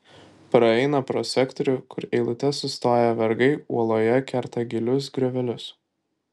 praeina pro sektorių kur eilute sustoję vergai uoloje kerta gilius griovelius